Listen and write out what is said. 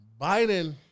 Biden